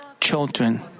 children